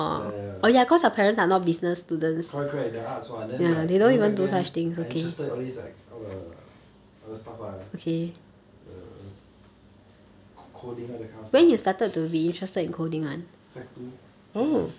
ya ya correct correct they are arts one then like even back then I interested all these like all the other stuff ah err coding all that kind of stuff sec two sec one